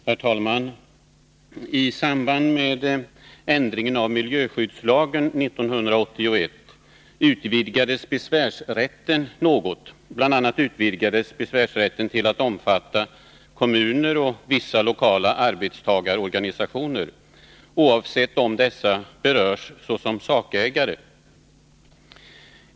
Herr talman! I samband med ändringen av miljöskyddslagen 1981 utvidgades besvärsrätten något. Bl.a. utvidgades besvärsrätten till att omfatta kommuner och vissa lokala arbetstagarorganisationer, oavsett om dessa berörs såsom sakägare eller inte.